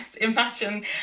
imagine